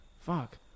Fuck